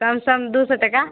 कम सम दू सओ टाका